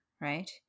right